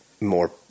more